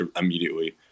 immediately